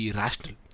rational